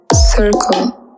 Circle